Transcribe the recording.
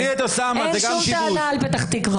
אין שום טענה על פתח תקוה.